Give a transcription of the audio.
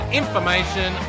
information